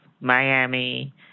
Miami